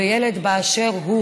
וילד באשר הוא